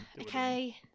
Okay